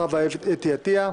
חוה אתי עטייה,